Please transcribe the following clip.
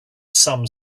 some